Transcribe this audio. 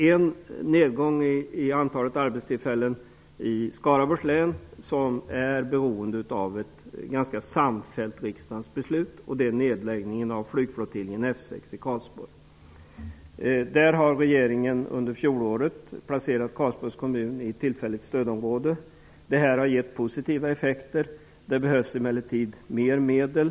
En nedgång i antalet arbetstillfällen i Skaraborgs län beror på ett ganska samfällt riksdagsbeslut, nämligen om nedläggning av flygflottiljen F 6 i Karlsborg. Regeringen har under fjolåret placerat Karlsborgs kommun i tillfälligt stödområde, vilket har givit positiva effekter. Det behövs emellertid ytterligare medel.